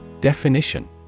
Definition